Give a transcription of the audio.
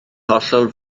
hollol